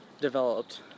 developed